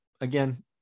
again